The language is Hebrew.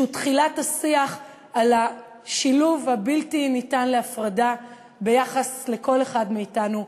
שהוא תחילת השיח על השילוב הבלתי-ניתן להפרדה ביחס לכל אחד מאתנו,